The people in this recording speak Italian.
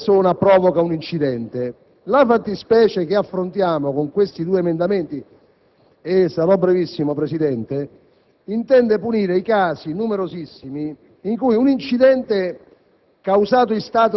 quando una persona provoca un incidente. La fattispecie che affrontiamo con questi due subemendamenti intende punire i casi numerosissimi in cui un incidente,